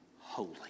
holy